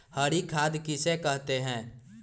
हरी खाद किसे कहते हैं?